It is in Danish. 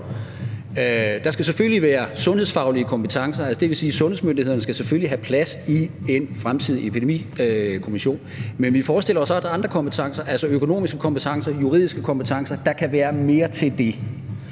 Der skal selvfølgelig være sundhedsfaglige kompetencer, altså det vil sige, at sundhedsmyndighederne selvfølgelig skal have plads i en fremtidig epidemikommission. Men vi forestiller os også, at der er andre kompetencer, altså økonomiske kompetencer, juridiske kompetencer – der kan være mere til det.